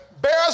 bears